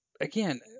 again